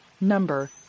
Number